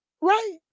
Right